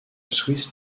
swiss